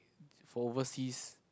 for overseas